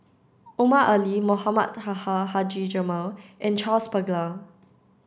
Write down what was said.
Omar Ali Mohamed Taha Haji Jamil and Charles Paglar